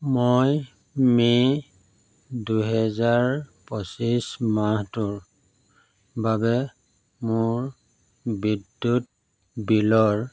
মই মে' দুহেজাৰ পঁচিছ মাহটোৰ বাবে মোৰ বিদ্যুৎ বিলৰ